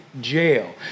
jail